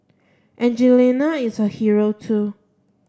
Angelina is a hero too